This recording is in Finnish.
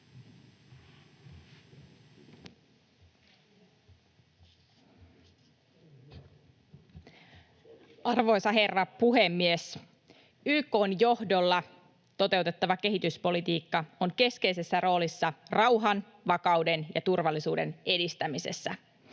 Arvoisa herra puhemies! YK:n johdolla toteutettava kehityspolitiikka on keskeisessä roolissa rauhan, vakauden ja turvallisuuden edistämisessä.